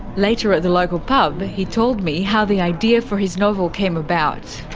later at the local pub, he told me how the idea for his novel came about.